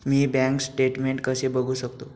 मी bank statement कसे बघू शकतो?